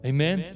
Amen